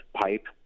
pipe